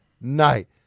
night